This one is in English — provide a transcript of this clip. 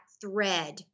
thread